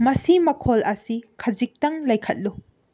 ꯃꯁꯤ ꯃꯈꯣꯜ ꯑꯁꯤ ꯈꯖꯤꯛꯇꯪ ꯂꯩꯈꯠꯂꯨ